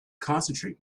concentrate